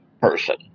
person